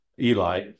Eli